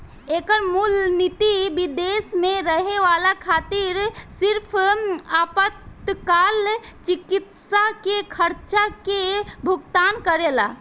एकर मूल निति विदेश में रहे वाला खातिर सिर्फ आपातकाल चिकित्सा के खर्चा के भुगतान करेला